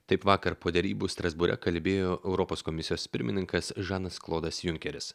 taip vakar po derybų strasbūre kalbėjo europos komisijos pirmininkas žanas klodas junkeris